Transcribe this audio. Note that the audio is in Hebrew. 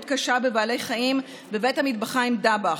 קשה בבעלי חיים בבית המטבחיים דבאח,